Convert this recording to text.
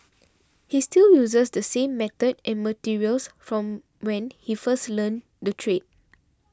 he still uses the same method and materials from when he first learnt the trade